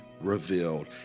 revealed